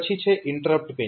પછી છે interrupt pin